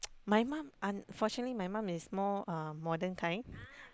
my mum unfortunately my mum is more uh modern time